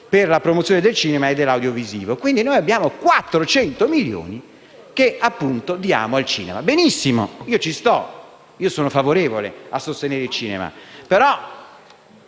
per la promozione del cinema e dell'audiovisivo. Abbiamo quindi 400 milioni di euro che diamo al cinema. Benissimo, io ci sto, sono favorevole a sostenere il cinema,